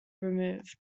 removed